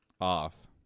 off